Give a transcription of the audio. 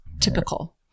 typical